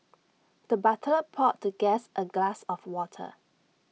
the butler poured the guest A glass of water